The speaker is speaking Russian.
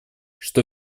что